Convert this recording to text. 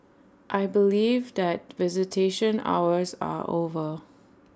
I believe that visitation hours are over